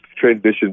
transition